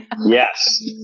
Yes